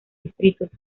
distritos